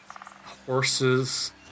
horses